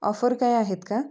offer काही आहेत का